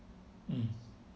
mm